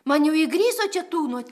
man jau įgriso čia tūnoti